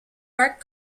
park